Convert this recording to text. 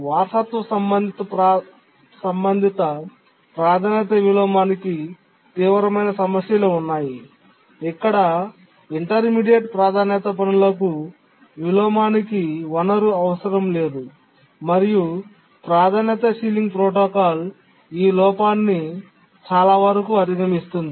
వారసత్వ సంబంధిత ప్రాధాన్యత విలోమానికి తీవ్రమైన సమస్యలు ఉన్నాయి ఇక్కడ ఇంటర్మీడియట్ ప్రాధాన్యత పనులకు విలోమానికి వనరు అవసరం లేదు మరియు ప్రాధాన్యత సీలింగ్ ప్రోటోకాల్ ఈ లోపాన్ని చాలావరకు అధిగమిస్తుంది